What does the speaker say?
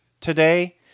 today